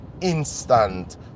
instant